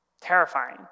terrifying